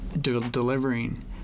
delivering